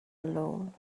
alone